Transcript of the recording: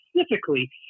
specifically